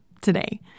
today